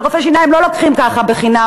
ורופאי שיניים לא לוקחים ככה בחינם,